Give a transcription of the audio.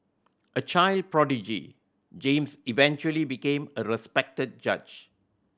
a child prodigy James eventually became a respected judge